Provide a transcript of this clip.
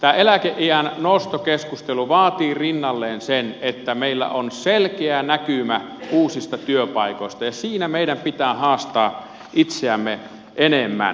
tämä eläkeiän nostokeskustelu vaatii rinnalleen sen että meillä on selkeä näkymä uusista työpaikoista ja siinä meidän pitää haastaa itseämme enemmän